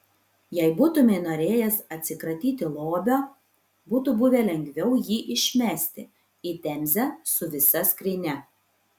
jei būtumei norėjęs atsikratyti lobio būtų buvę lengviau jį išmesti į temzę su visa skrynia